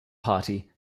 party